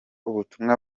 ubutumwa